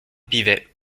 pivet